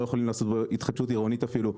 יכולים לעשות בו התחדשות עירונית אפילו,